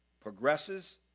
progresses